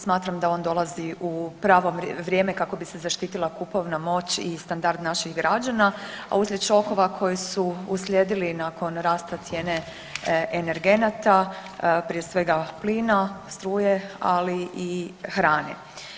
Smatram da on dolazi u pravo vrijeme kako bi se zaštitila kupovna moć i standard naših građana, a u slijed šokova koji su uslijedili nakon rasta cijene energenata, prije svega plina, struje, ali i hrane.